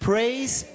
Praise